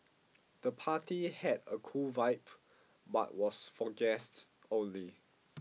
the party had a cool vibe but was for guests only